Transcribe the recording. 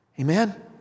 Amen